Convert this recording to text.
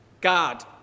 God